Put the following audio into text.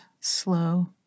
slow